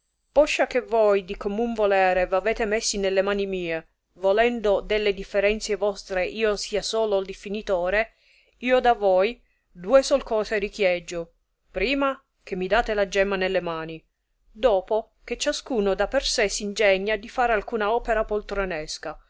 poscia che voi di commun volere v avete messi nelle mani mie volendo che delle differenzie vostre io sia solo diffìnitore io da voi due sol cose richieggio prima che mi date la gemma nelle mani dopo che ciascuno da per sé s'ingegna di far alcuna opera poltronesca e